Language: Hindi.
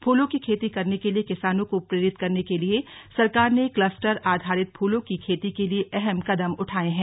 फूलों की खेती करने के लिए किसानों को प्रेरित करने के लिए सरकार ने कलस्टर आधारित फूलों की खेती के लिए अहम कदम उठायें हैं